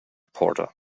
porter